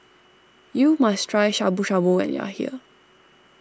you must try Shabu Shabu when you are here